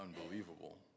unbelievable